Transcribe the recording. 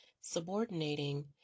subordinating